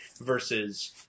versus